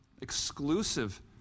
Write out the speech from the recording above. exclusive